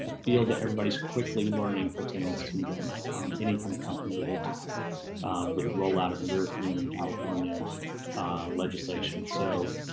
feel that everybody's quickly learning pertains to them any kind of company that you have with rollout of european and california legislation. so,